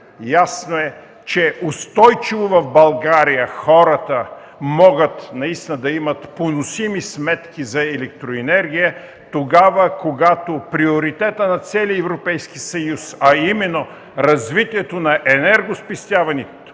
ясно, че устойчиво в България хората могат наистина да имат поносими сметки за електроенергия, тогава когато приоритетът на целия Европейски съюз, а именно развитието на енергоспестяването,